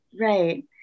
right